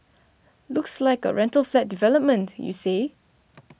looks like a rental flat development you say